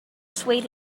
swayed